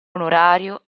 onorario